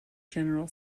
general